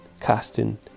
casting